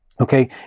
okay